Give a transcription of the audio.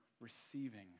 receiving